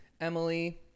Emily